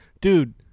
dude